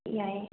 ꯌꯥꯏꯌꯦ